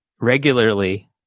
regularly